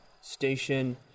station